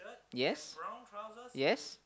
yes yes